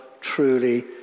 truly